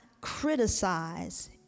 criticize